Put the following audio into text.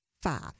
five